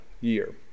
year